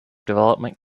development